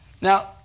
Now